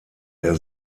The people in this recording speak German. der